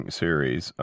series